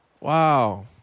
Wow